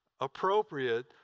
appropriate